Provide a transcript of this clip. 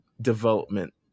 development